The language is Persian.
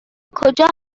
کجا